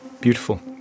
beautiful